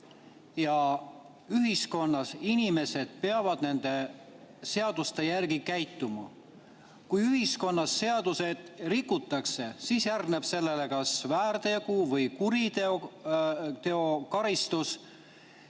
ja ühiskonnas inimesed peavad nende seaduste järgi käituma. Kui ühiskonnas seadusi rikutakse, siis järgneb sellele kas väärteo või kuriteo karistus.